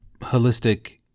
holistic